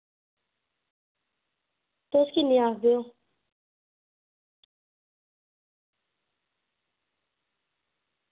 तुस किन्ने आक्खदे ओ